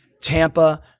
tampa